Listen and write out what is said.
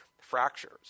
fractures